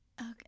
okay